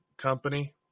company